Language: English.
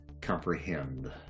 comprehend